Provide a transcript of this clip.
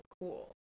cool